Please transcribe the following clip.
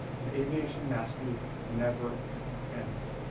an aviation mastery never ends.